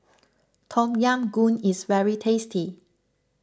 Tom Yam Goong is very tasty